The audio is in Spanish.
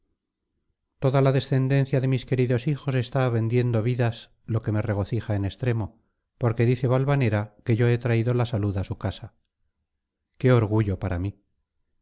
toda la descendencia de mis queridos hijos está vendiendo vidas lo que me regocija en extremo porque dice valvanera que yo he traído la salud a su casa qué orgullo para mí